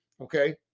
Okay